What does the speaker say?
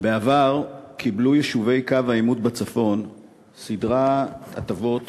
בעבר קיבלו יישובי קו העימות בצפון סדרת הטבות